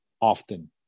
often